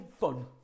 fun